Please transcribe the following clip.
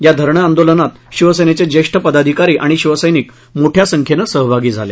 या धरणे आंदोलनात शिवसेनेचे ज्येष्ठ पदाधिकारी आणि शिवसैनिक मोठ्या संख्येने सामिल झाले